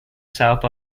south